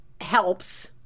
helps